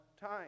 time